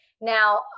now